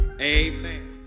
amen